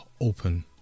open